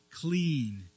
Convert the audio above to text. clean